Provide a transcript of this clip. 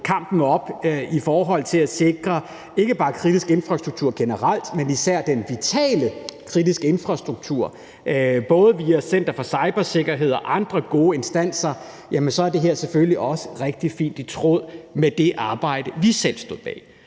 kampen op i forhold til at sikre ikke bare kritisk infrastruktur generelt, men især den vitale kritiske infrastruktur, både via Center for Cybersikkerhed og andre gode instanser, er det her selvfølgelig også rigtig fint i tråd med det arbejde, vi selv stod bag.